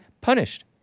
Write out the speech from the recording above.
punished